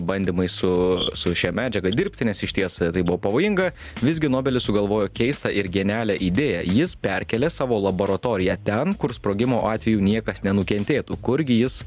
bandymai su su šia medžiaga dirbti nes išties tai buvo pavojinga visgi nobelis sugalvojo keistą ir genialią idėją jis perkelė savo laboratoriją ten kur sprogimo atveju niekas nenukentėtų kurgi jis